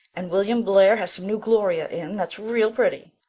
and william blair has some new gloria in that's real pretty.